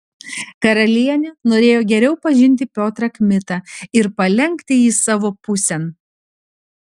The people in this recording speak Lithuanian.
karalienė norėjo geriau pažinti piotrą kmitą ir palenkti jį savo pusėn